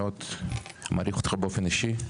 מאוד מעריך אותך באופן אישי,